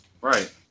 Right